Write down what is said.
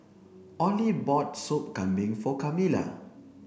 Olie bought Sop Kambing for Camila